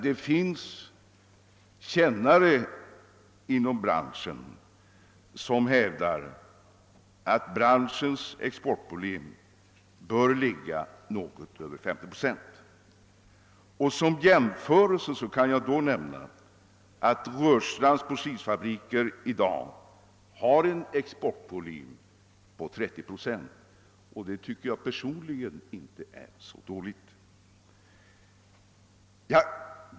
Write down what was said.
Det finns kännare inom branschen som hävdar, att branschens ex-- portvolym bör ligga något över 50 procent. Som jämförelse kan jag nämna att Rörstrands porslinsfabriker i dag har en exportvolym på 30 procent, vilket jag inte tycker är så dåligt.